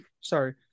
sorry